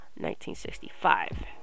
1965